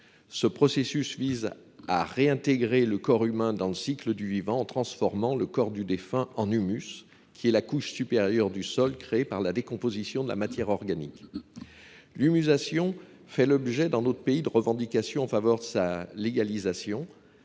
Ce processus vise à réintégrer le corps humain dans le cycle du vivant en transformant le corps du défunt en humus, qui est la couche supérieure du sol créée par la décomposition de la matière organique. La légalisation de l’humusation fait l’objet de revendications dans notre pays.